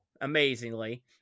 amazingly